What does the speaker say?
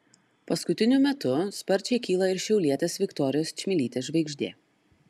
paskutiniu metu sparčiai kyla ir šiaulietės viktorijos čmilytės žvaigždė